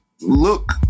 look